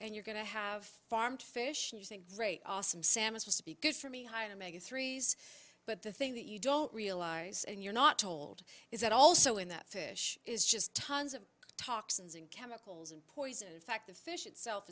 and you're going to have farmed fish and you think great awesome salmon will speak good for me higher mega threes but the thing that you don't realise and you're not told is that also in that fish is just tons of toxins and can and poison in fact the fish itself